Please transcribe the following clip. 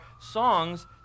songs